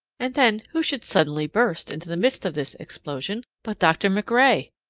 and then who should suddenly burst into the midst of this explosion but dr. macrae!